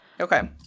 Okay